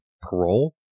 parole